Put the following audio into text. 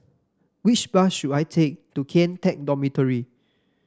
which bus should I take to Kian Teck Dormitory